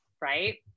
right